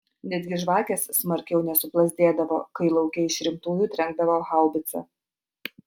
netgi žvakės smarkiau nesuplazdėdavo kai lauke iš rimtųjų trenkdavo haubica